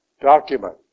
document